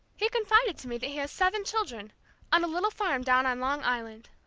he confided to me that he has seven children on a little farm down on long island.